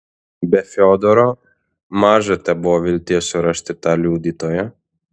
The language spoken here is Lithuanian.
be fiodoro maža tebuvo vilties surasti tą liudytoją